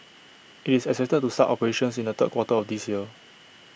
IT is to start operations in the third quarter of this year